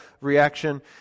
reaction